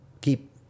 keep